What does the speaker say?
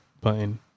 button